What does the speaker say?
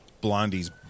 Blondie's